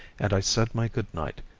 and i said my goodnight,